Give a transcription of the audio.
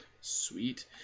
Sweet